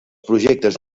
projectes